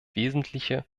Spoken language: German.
wesentliche